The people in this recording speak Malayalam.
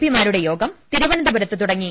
പി മാരുടെ യോഗം തിരുവനന്തപുരത്ത് തുടങ്ങി